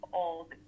old